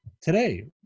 Today